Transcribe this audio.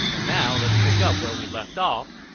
and now, let's pick up where we left off.